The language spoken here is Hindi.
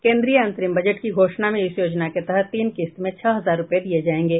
केन्द्रीय अंतरिम बजट की घोषणा में इस योजना के तहत तीन किस्त में छह हजार रूपये दिये जायेंगे